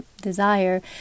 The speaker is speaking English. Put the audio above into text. desire